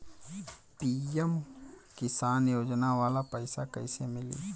PM Kisan योजना वाला पैसा कईसे मिली?